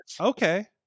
Okay